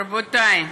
רבותי,